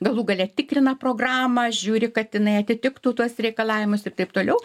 galų gale tikrina programą žiūri kad jinai atitiktų tuos reikalavimus ir taip toliau